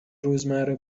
روزمره